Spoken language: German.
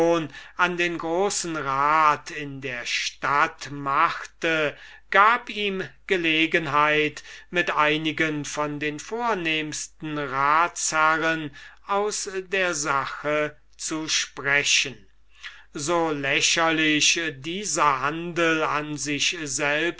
an den großen rat in der stadt machte gab ihm gelegenheit mit einigen von den vornehmsten ratsherren aus der sache zu sprechen so lächerlich dieser handel an sich selbst